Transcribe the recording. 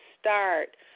start